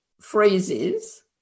phrases